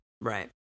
Right